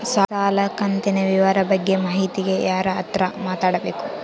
ಸಾಲ ಕಂತಿನ ವಿವರ ಬಗ್ಗೆ ಮಾಹಿತಿಗೆ ಯಾರ ಹತ್ರ ಮಾತಾಡಬೇಕು?